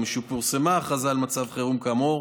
ומשפורסמה ההכרזה על מצב חירום כאמור,